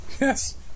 Yes